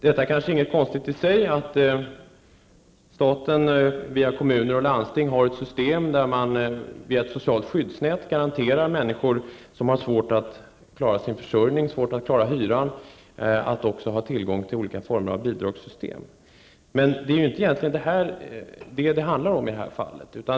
Det kanske inte är något konstigt i sig, att staten via kommuner och landsting har ett system där man med ett socialt skyddsnät garanterar dem som har svårt att klara sin försörjning, att klara hyran, tillgång till olika former av bidragssystem. Men det är inte detta det handlar om i detta fall.